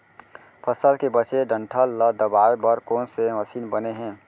फसल के बचे डंठल ल दबाये बर कोन से मशीन बने हे?